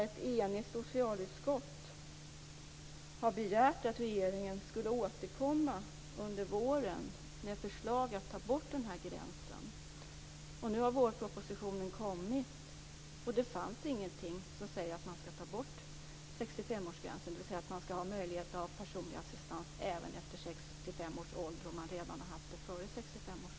Ett enigt socialutskottet har begärt att regeringen skulle återkomma under våren med förslag om att ta bort den gränsen. Nu har vårpropositionen kommit, och det fanns ingenting som säger att man skall ta bort 65-årsgränsen, dvs. att man skall ha möjlighet att ha personlig assistans även efter 65 års ålder om man redan har haft det före 65 års ålder.